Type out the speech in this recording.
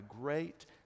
great